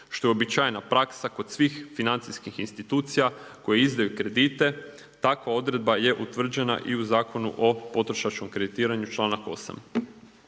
što je uobičajena praksa kod svih financijskih institucija koje izdaju kredite, takva odredba je utvrđena i u Zakonu o potrošačkom kreditiranju, članak